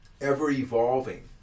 ever-evolving